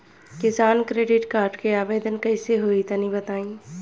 किसान credit card के आवेदन कईसे होई तनि बताई?